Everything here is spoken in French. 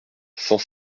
cent